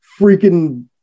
freaking